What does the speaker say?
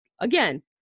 again